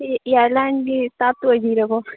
ꯁꯤ ꯏꯌꯥꯔꯂꯥꯏꯟꯒꯤ ꯏꯁꯇꯥꯞ ꯑꯣꯏꯕꯤꯔꯕꯣ